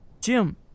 Jim